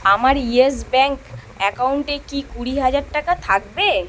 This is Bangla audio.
আমার ইয়েস ব্যাঙ্ক অ্যাকাউন্টে কি কুড়ি হাজার টাকা থাকবে